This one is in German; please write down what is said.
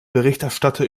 berichterstatter